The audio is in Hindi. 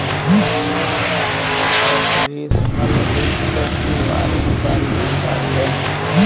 मेरे भाई को ऑपरेशनल रिस्क के बारे में सारी जानकारी है